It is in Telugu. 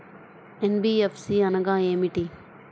ఎన్.బీ.ఎఫ్.సి అనగా ఏమిటీ?